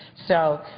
so